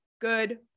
good